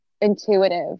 intuitive